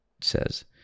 says